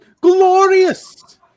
glorious